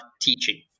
teaching